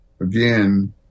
again